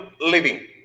living